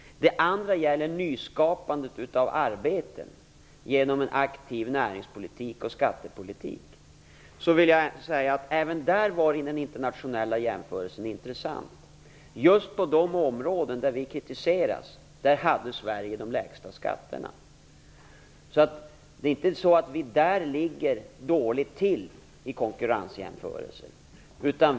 Det andra gäller nyskapandet av arbeten genom en aktiv närings och skattepolitik. Även där var den internationella jämförelsen intressant. Just på de områden där vi kritiserades hade Sverige de lägsta skatterna. Vi ligger inte dåligt till vid en konkurrensjämförelse.